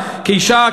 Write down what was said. כאישה,